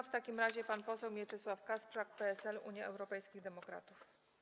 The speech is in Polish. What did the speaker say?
W takim razie pan poseł Mieczysław Kasprzak, PSL - Unia Europejskich Demokratów.